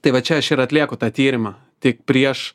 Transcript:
tai va čia aš ir atlieku tą tyrimą tik prieš